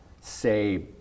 say